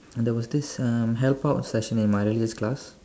and there was this uh help out session in my religious class